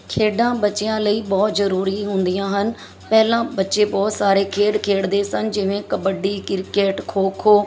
ਖੇਡਾਂ ਬੱਚਿਆਂ ਲਈ ਬਹੁਤ ਜ਼ਰੂਰੀ ਹੁੰਦੀਆਂ ਹਨ ਪਹਿਲਾਂ ਬੱਚੇ ਬਹੁਤ ਸਾਰੇ ਖੇਡ ਖੇਡਦੇ ਸਨ ਜਿਵੇਂ ਕਬੱਡੀ ਕ੍ਰਿਕਟ ਖੋ ਖੋ